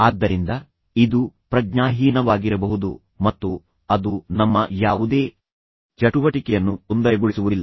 ಆದ್ದರಿಂದ ಇದು ಪ್ರಜ್ಞಾಹೀನವಾಗಿರಬಹುದು ಮತ್ತು ಅದು ನಮ್ಮ ಯಾವುದೇ ಚಟುವಟಿಕೆಯನ್ನು ತೊಂದರೆಗೊಳಿಸುವುದಿಲ್ಲ